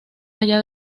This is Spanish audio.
allá